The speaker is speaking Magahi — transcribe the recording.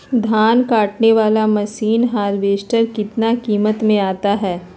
धान कटने बाला मसीन हार्बेस्टार कितना किमत में आता है?